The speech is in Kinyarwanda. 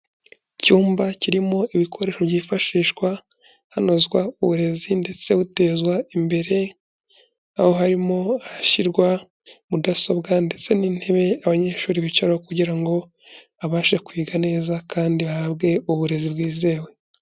Icyumba kirimo ibikoresho byifashishwa, hanozwa uburezi ndetse butezwa imbere, aho harimo ahashyirwa mudasobwa ndetse n'intebe abanyeshuri bicaraho kugira ngo, babashe kwiga neza kandi bahabwe uburezi bwizewe.